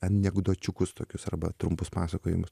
anegdočiukus tokius arba trumpus pasakojimus